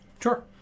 sure